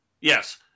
Yes